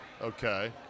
Okay